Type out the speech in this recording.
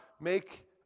make